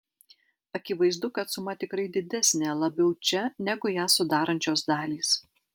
akivaizdu kad suma tikrai didesnė labiau čia negu ją sudarančios dalys